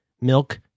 milk